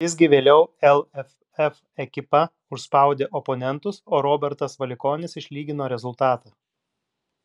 visgi vėliau lff ekipa užspaudė oponentus o robertas valikonis išlygino rezultatą